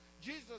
Jesus